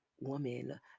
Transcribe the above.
woman